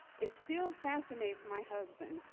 it still fascinates my husband,